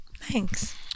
Thanks